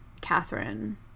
Catherine